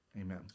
amen